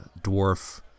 dwarf